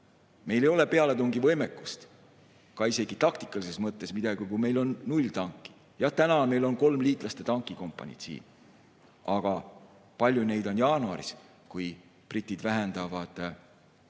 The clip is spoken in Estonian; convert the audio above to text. Meil ei ole pealetungivõimekust, isegi mitte taktikalises mõttes, kui meil on null tanki. Jah, täna meil on kolm liitlaste tankikompaniid siin, aga kui palju neid on jaanuaris, kui britid vähendavad osalust